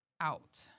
out